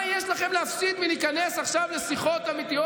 מה יש לכם להפסיד מלהיכנס עכשיו לשיחות אמיתיות?